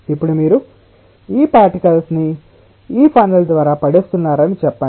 ఇప్పుడు మీరు ఈ పార్టికల్స్ ని ఈ ఫనెల్ ద్వారా పడేస్తున్నారని చెప్పండి